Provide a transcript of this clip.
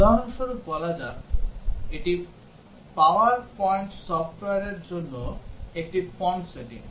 উদাহরণস্বরূপ বলা যাক এটি পাওয়ার পয়েন্ট সফটওয়্যারের জন্য একটি ফন্ট সেটিং